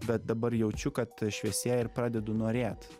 bet dabar jaučiu kad šviesėja ir pradedu norėt